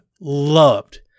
loved